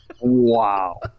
Wow